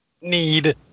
Need